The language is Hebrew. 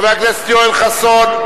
חבר הכנסת יואל חסון?